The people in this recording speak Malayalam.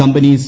company C